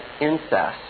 incest